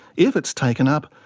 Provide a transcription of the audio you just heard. if it's taken up,